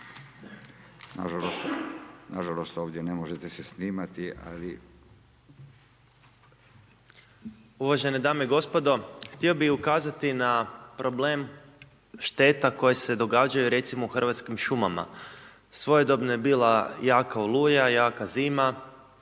Nažalost ovdje ne možete se snimati ali. **Pernar, Ivan (Živi zid)** Uvažene dame i gospodo. Htio bih ukazati na problem šteta koje se događaju recimo u Hrvatskim šumama. Svojedobno je bila jaka oluja, jaka zima,